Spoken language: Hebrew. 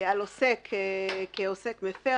על עוסק כעוסק מפר,